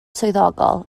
swyddogol